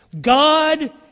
God